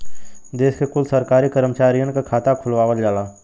देश के कुल सरकारी करमचारियन क खाता खुलवावल जाला